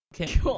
Okay